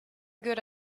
good